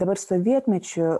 dabar sovietmečiu